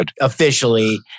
officially